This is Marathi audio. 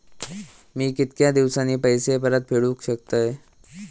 मी कीतक्या दिवसांनी पैसे परत फेडुक शकतय?